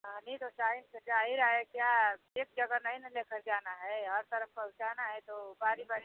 हाँ नी तो टाइम से जा ही रहा है क्या एक जगह नहीं न लेकर जाना है हर तरफ पहुँचाना है तो बारी बारी से